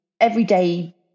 everyday